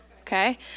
Okay